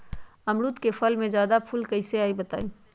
अमरुद क फल म जादा फूल कईसे आई बताई?